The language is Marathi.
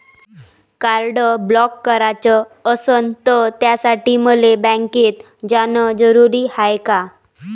कार्ड ब्लॉक कराच असनं त त्यासाठी मले बँकेत जानं जरुरी हाय का?